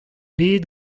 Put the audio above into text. bed